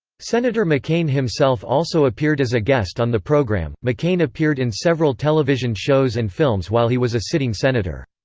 senator mccain himself also appeared as a guest on the program mccain appeared in several television shows and films while he was a sitting senator.